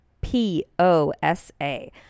p-o-s-a